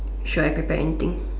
should I prepare anything